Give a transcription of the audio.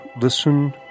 listen